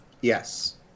Yes